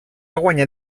guanyar